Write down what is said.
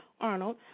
arnold